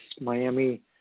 Miami